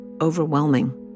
overwhelming